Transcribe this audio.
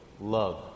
love